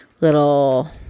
little